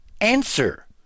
answer